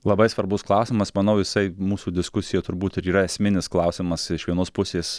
labai svarbus klausimas manau jisai mūsų diskusijoje turbūt ir yra esminis klausimas iš vienos pusės